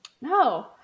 No